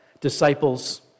disciples